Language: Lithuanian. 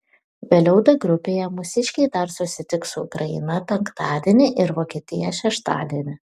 vėliau d grupėje mūsiškiai dar susitiks su ukraina penktadienį ir vokietija šeštadienį